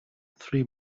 three